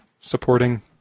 supporting